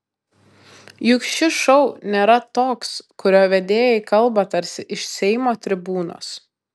juk šis šou nėra toks kurio vedėjai kalba tarsi iš seimo tribūnos